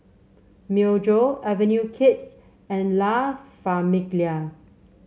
Myojo Avenue Kids and La Famiglia